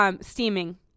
Steaming